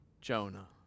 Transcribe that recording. Jonah